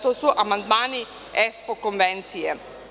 To su Amandmani ESPO Konvencije.